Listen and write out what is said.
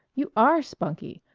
you are spunky.